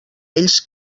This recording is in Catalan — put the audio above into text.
ells